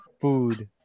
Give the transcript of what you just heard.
food